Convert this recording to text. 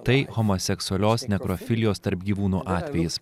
tai homoseksualios nekrofilijos tarp gyvūnų atvejis